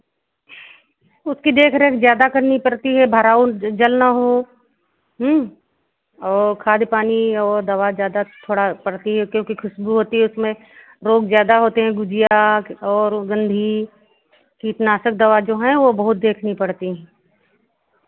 उसकी देख रेख ज़्यादा करनी पड़ती है भराउन जल ना हो और खाद पानी और दवा ज़्यादा थोड़ा पड़ती है क्योंकि खुशबू होती है उसमें रोग ज़्यादा होते हैं गुजिया के और गंधी कीटनाशक दवा जो हैं वो बहुत देखनी पड़ती हैं